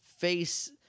face